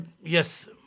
Yes